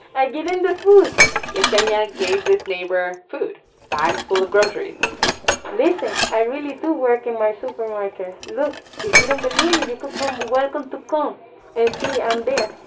i give them the food yesenia gave this neighbor food bags full of groceries listen i i really do work in my supermarket. look if you don't believe me, you could come welcome to come and see i'm there.